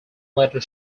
letter